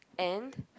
and